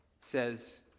says